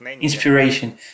inspiration